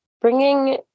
bringing